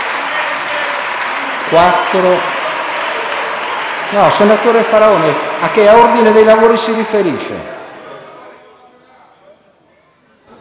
PRESIDENTE. Senatore Faraone, a che ordine dei lavori si riferisce?